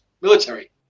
military